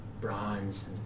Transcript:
bronze